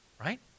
right